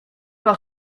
par